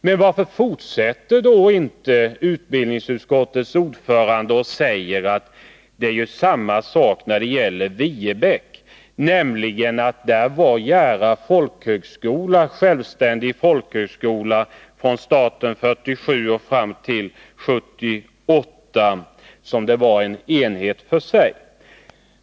Men varför fortsätter då inte utbildningsutskottets ordförande och säger samma sak när det gäller Viebäcksskolan, nämligen att Jära folkhögskola var självständig folkhögskola från starten 1947 och fram till 1978?